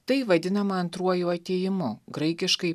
tai vadinama antruoju atėjimu graikiškai